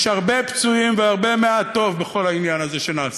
יש הרבה פצועים ומעט טוב בכל העניין הזה שנעשה.